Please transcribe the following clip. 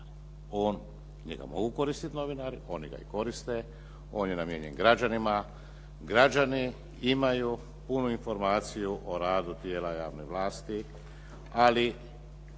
Njega mogu koristiti novinari, oni ga i koriste, on je namijenjen građanima. Građani imaju punu informaciju o radu tijela javne vlasti, ali